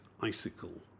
icicle